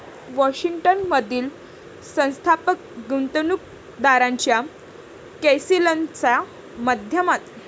Washington मधील संस्थात्मक गुंतवणूकदारांच्या कौन्सिलच्या माध्यमातून त्यांची भरती करण्यात आली होती